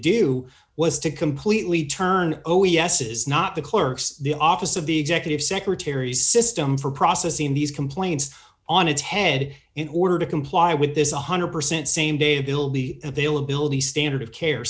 do was to completely turn oh yess not the clerks the office of the executive secretaries system for processing these complaints on its head in order to comply with this one hundred percent same day bill the availability standard of care